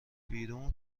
بیرون